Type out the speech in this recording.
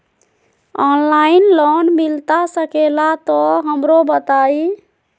Online loan मिलता सके ला तो हमरो बताई?